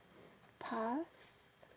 pass